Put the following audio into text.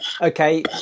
okay